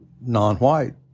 non-white